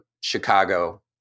Chicago